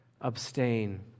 abstain